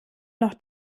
noch